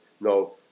No